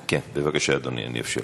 כן, בבקשה, אדוני, אאפשר לך.